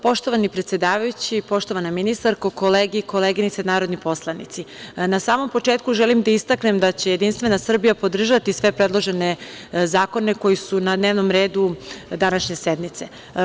Poštovani predsedavajući, poštovana ministarko, koleginice i kolege narodni poslanici, na samom početku želim da istaknem da će Jedinstvena Srbija podržati sve predložene zakone koji su na dnevnom redu današnje sednice.